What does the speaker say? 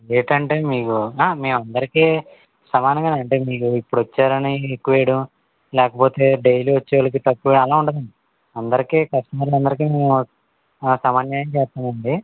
ఏటంటే మీకు మేము అందరికీ సమానంగానే అంటే మీరు ఇప్పుడు వచ్చారని ఎక్కువ వేయడం లేకపోతే డైలీ వచ్చేవాళ్ళకి తక్కువ అలా ఉండదు అండి అందరికి కస్టమర్లు అందరికీ మేము సమన్యాయం చేస్తాము అండి